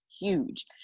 huge